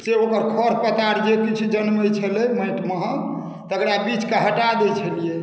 फेर ओहिमे खर पतवार जे किछु जनमे छलै माटिमे हक तेकरा बिछके हटा दै छलियै